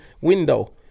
window